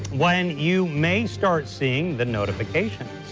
when you may start seeing the notification.